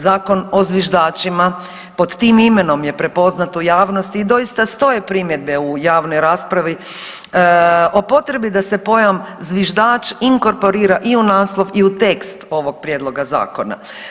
Zakon o zviždačima pod tim imenom je prepoznat u javnosti i doista stoje primjedbe u javnoj raspravi o potrebi da se pojam zviždač inkorporira i u naslov i u tekst ovog prijedloga zakona.